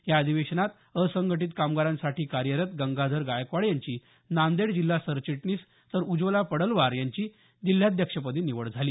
या अधिवेशनात असंघटीत कामगारांसाठी कार्यरत गंगाधर गायकवाड यांची नांदेड जिल्हा सरचिटणीस तर उज्वला पडलवार यांची जिल्हाध्यक्षपदी निवड झाली